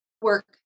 work